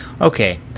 Okay